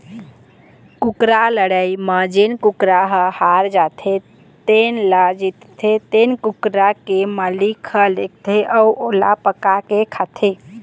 कुकरा लड़ई म जेन कुकरा ह हार जाथे तेन ल जीतथे तेन कुकरा के मालिक ह लेगथे अउ ओला पकाके खाथे